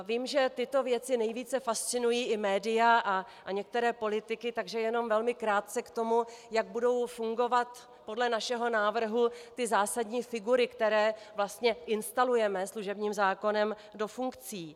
Vím, že tyto věci nejvíce fascinují i média a některé politiky, takže jenom velmi krátce k tomu, jak budou fungovat podle našeho návrhu ty zásadní figury, které vlastně instalujeme služebním zákonem do funkcí.